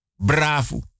Bravo